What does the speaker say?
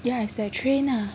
yeah is that train lah